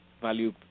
value